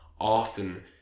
often